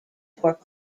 four